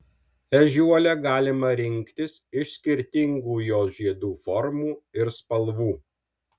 ežiuolę galima rinktis iš skirtingų jos žiedų formų ir spalvų